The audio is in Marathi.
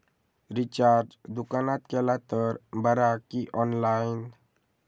रिचार्ज दुकानात केला तर बरा की ऑनलाइन?